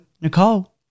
Nicole